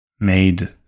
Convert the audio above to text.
made